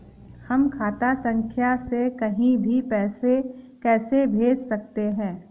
हम खाता संख्या से कहीं भी पैसे कैसे भेज सकते हैं?